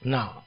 Now